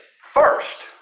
first